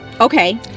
Okay